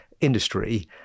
industry